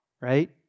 Right